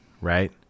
Right